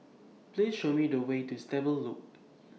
Please Show Me The Way to Stable Loop